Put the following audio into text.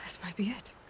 so might be it.